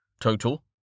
total